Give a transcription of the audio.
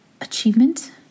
achievement